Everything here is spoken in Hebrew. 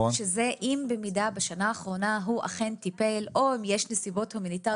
למשל אם בשנה האחרונה הוא אכן טיפל או אם יש נסיבות הומניטריות.